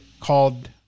called